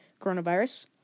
coronavirus